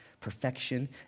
perfection